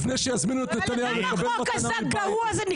לפני שיזמינו את נתניהו לקבל מתנה מביידן.